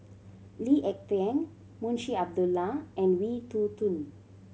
Lee Ek Tieng Munshi Abdullah and Wee Toon Boon